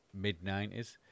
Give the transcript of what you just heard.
mid-90s